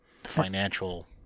financial